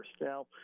Now